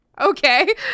okay